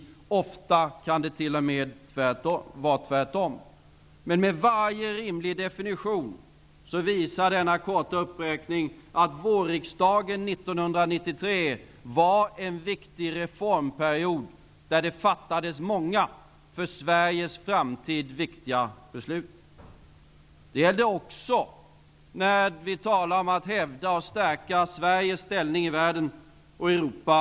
Ofta kan det t.o.m. vara tvärtom. Men med varje rimlig definition visar denna korta uppräkning att vårriksdagen 1993 har varit en viktig reformperiod där det har fattats många för Sveriges framtid viktiga beslut. Det här gäller också när vi talar om att hävda och stärka Sveriges ställning i världen och i Europa.